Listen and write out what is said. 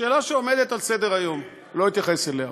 שאלה שעומדת על סדר-היום, לא אתייחס אליה.